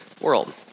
world